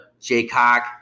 Jaycock